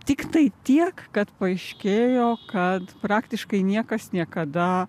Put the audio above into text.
tiktai tiek kad paaiškėjo kad praktiškai niekas niekada